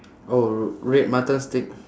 orh red mutton steak